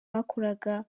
bakoraga